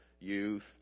youth